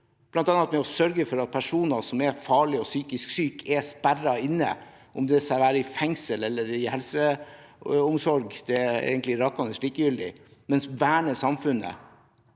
bl.a. ved å sørge for at personer som er farlige og psykisk syke, er sperret inne – det være seg i fengsel eller i helseomsorg, det er egentlig revnende likegyldig – ville en verne samfunnet.